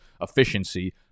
efficiency